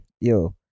yo